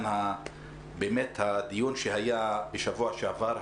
בעניין הדיון שהיה בשבוע שעבר,